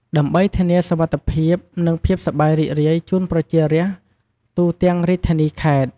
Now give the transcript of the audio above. ដើម្បីធានាសុវត្ថិភាព និងភាពសប្បាយរីករាយជូនប្រជារាស្ត្រទូទាំងរាជធានី-ខេត្ត។